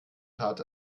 tat